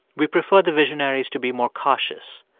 we prefer the visionaries to be more cautious,